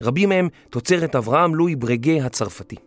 רבים מהם תוצרת אברהם לוי ברגה הצרפתי.